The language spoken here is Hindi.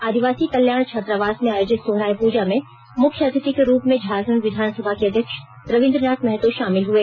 आदिवासी कल्याण छात्रावास में आयोजित सोहराय पूजा में मुख्य अतिथि के रुप में झारखंड विधानसभा के अध्यक्ष रविंद्रनाथ महतो शामिल हुए